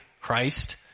Christ